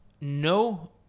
no